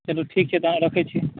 चलूँ ठीक छै तऽ रखैत छी